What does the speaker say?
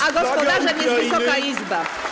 A gospodarzem jest Wysoka Izba.